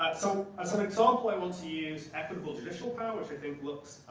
so as an example i want to use equitable judicial powers i think looks,